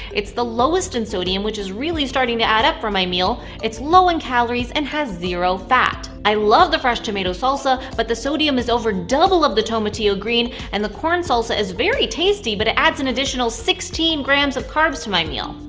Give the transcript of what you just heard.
it's the lowest in sodium, which is really starting to add up for my meal, it's low in calories, and has zero fat. i love the fresh tomato salsa, but the sodium is over double of the tomatillo green, and the corn salsa is very tasty, but it adds an additional sixteen grams of carbs to my meal.